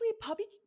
public